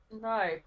No